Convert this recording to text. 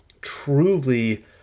truly